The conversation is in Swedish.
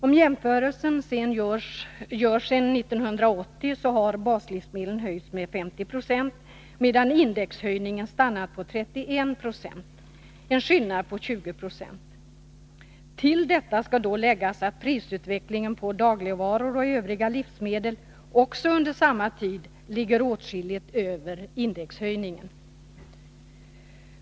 Om jämförelsen görs sedan 1980, kan vi konstatera att baslivsmedlen har höjts med 50 96 medan indexhöjningen stannat på 31 0 — en skillnad på 20 96. Till detta skall läggas att ökningen av priserna på dagligvaror och övriga livsmedel under samma tid ligger åtskilligt över indexhöjningen.